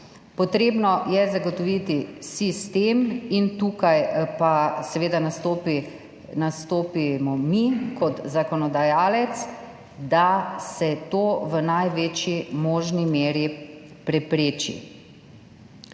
Potrebno je zagotoviti sistem, tukaj pa seveda nastopimo mi kot zakonodajalec, da se to v največji možni meri prepreči.